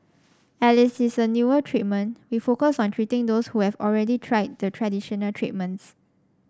as list is a newer treatment we focus on treating those who have already tried the traditional treatments